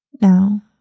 Now